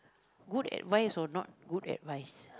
good advice or not good advice